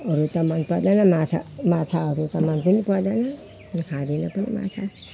अरू त मन परेन माछा माछाहरू त मन पनि पर्दैन खाँदिनँ पनि माछा